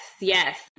Yes